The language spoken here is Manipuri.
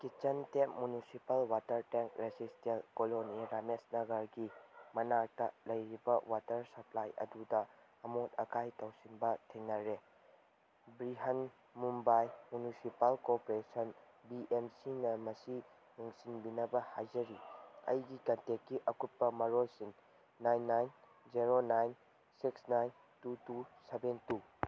kitchen tap municipal water tank resident colony ꯔꯥꯃꯦꯁꯅꯒꯔꯒꯤ ꯃꯅꯥꯛꯇ ꯂꯩꯔꯤꯕ ꯋꯥꯇꯔ ꯁꯄ꯭ꯂꯥꯏ ꯑꯗꯨꯗ ꯑꯃꯣꯠ ꯑꯀꯥꯏ ꯇꯧꯁꯤꯟꯕ ꯊꯦꯡꯅꯔꯦ Brihanmumbai municipal corporation B M ꯁꯤꯅ ꯃꯁꯤ ꯌꯦꯡꯁꯤꯟꯕꯤꯅꯕ ꯍꯥꯏꯖꯔꯤ ꯑꯩꯒꯤ ꯀꯟꯇꯦꯛꯀꯤ ꯑꯀꯨꯞꯄ ꯃꯔꯣꯜꯁꯤꯡ nine nine zero six nine two two seven two